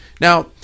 Now